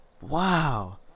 Wow